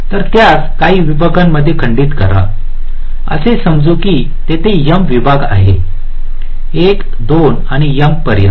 तर त्यास काही विभागांमध्ये खंडित करा असे समजू की तेथे m विभाग आहेत 1 2 आणि m पर्यंत